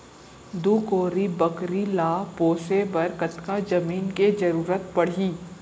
दू कोरी बकरी ला पोसे बर कतका जमीन के जरूरत पढही?